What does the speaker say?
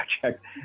project